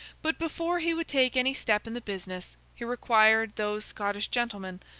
but, before he would take any step in the business, he required those scottish gentlemen,